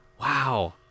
Wow